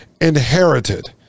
inherited